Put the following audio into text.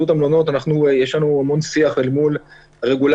המלונות יש לנו המון שיח אל מול הרגולטורים,